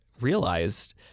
realized